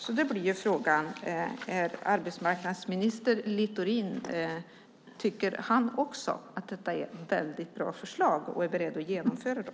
Därför blir frågan: Tycker arbetsmarknadsminister Littorin också att detta är ett väldigt bra förslag och är beredd att genomföra det?